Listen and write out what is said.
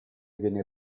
viene